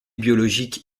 biologique